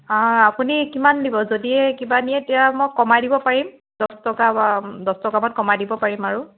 আপুনি কিমান দিব যদিহে কিবা নিয়ে তেতিয়া মই কমাই দিব পাৰিম দহ টকা বা দহ টকা মান কমাই দিব পাৰিম আৰু